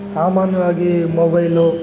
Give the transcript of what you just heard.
ಸಾಮಾನ್ಯವಾಗಿ ಮೊಬೈಲು